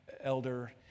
elder